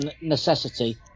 necessity